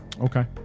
Okay